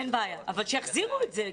אין בעיה, אבל שיחזירו את זה.